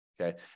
okay